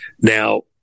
Now